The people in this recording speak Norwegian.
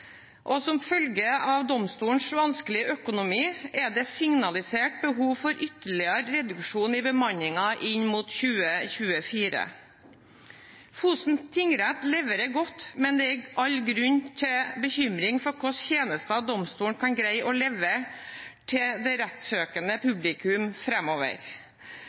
og som følge av domstolens vanskelige økonomi er det signalisert behov for ytterligere reduksjon i bemanningen inn mot 2024. Fosen tingrett leverer godt, men det er all grunn til bekymring for hvilke tjenester domstolen kan greie å levere til det rettssøkende publikum